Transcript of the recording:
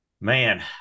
Man